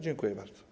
Dziękuję bardzo.